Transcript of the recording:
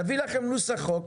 נביא לכם נוסח חוק,